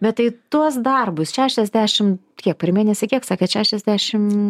bet tai tuos darbus šešiasdešim kiek per mėnesį kiek sakėt šešiasdešim